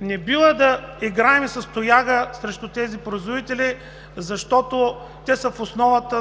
Не бива да играем с тояга срещу тези производители, защото те са в основата